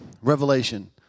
Revelation